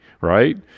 right